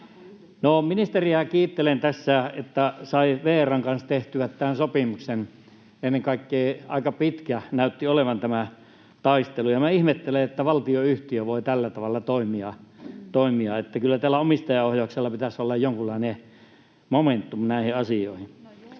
No, ministeriä kiittelen tässä, että sai VR:n kanssa tehtyä tämän sopimuksen, ja ennen kaikkea aika pitkä näytti olevan tämä taistelu. Ja minä ihmettelen, että valtionyhtiö voi tällä tavalla toimia — kyllä tällä omistajaohjauksella pitäisi olla jonkunlainen momentum näihin asioihin.